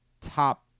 top